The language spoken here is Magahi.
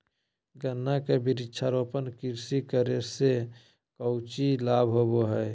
गन्ना के वृक्षारोपण कृषि करे से कौची लाभ होबो हइ?